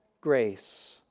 grace